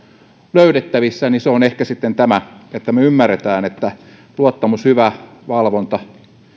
löydettävissä niin se on ehkä sitten tämä että me ymmärrämme että luottamus hyvä valvonta